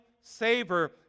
savor